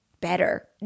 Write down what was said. better